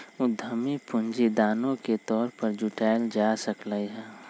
उधमी पूंजी दानो के तौर पर जुटाएल जा सकलई ह